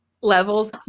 Levels